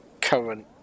current